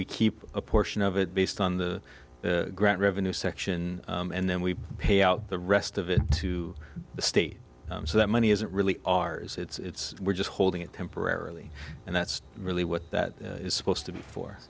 we keep a portion of it based on the grant revenue section and then we pay out the rest of it to the state so that money isn't really ours it's just holding it temporarily and that's really what that is supposed to be for